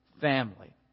family